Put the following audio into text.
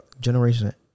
Generation